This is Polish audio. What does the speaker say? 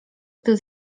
gdy